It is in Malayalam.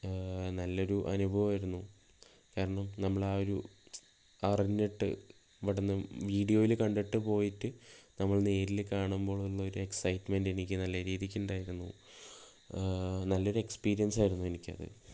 നല്ലൊരു അനുഭവം ആയിരുന്നു കാരണം നമ്മളാ ഒരു അറിഞ്ഞിട്ട് ഇവിടുന്ന് വീഡിയോയിൽ കണ്ടിട്ട് പോയിട്ട് നമ്മൾ നേരിൽ കാണുമ്പോൾ ഉള്ളൊരു എക്സൈറ്റ്മെൻറ്റ് എനിക്ക് നല്ല രീതിക്ക് ഉണ്ടായിരുന്നു നല്ലൊരു എക്സ്പീരിയൻസായിരുന്നു എനിക്കത്